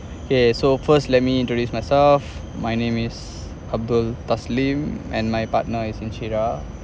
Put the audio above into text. okay so first let me introduce myself my name as abdul toss lim and my partner is insyirah